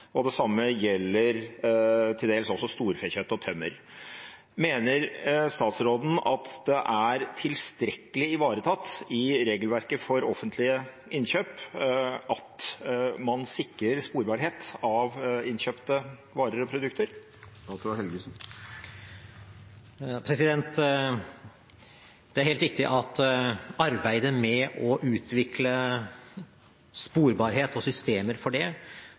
Det samme gjelder til dels også storfekjøtt og tømmer. Mener statsråden at det er tilstrekkelig ivaretatt i regelverket for offentlige innkjøp at man sikrer sporbarhet av innkjøpte varer og produkter? Det er helt riktig at arbeidet med å utvikle sporbarhet og systemer for det